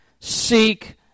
seek